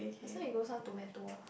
last time he grow some tomato ah